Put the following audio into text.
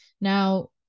Now